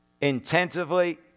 Intensively